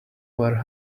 where